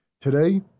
Today